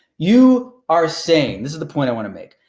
you are sane, this is the point i wanna make,